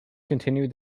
continued